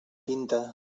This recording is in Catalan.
pinta